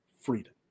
freedom